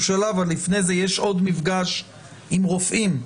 חקיקה) תיקון פקודת הראיות 1. "בפקודת הראיות ,